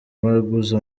baguze